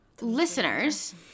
Listeners